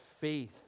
faith